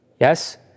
Yes